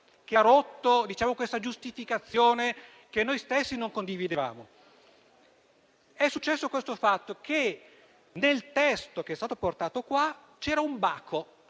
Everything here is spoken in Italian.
venir meno questa giustificazione che noi stessi non condividevamo. È successo che nel testo che è stato portato qua c'era un baco,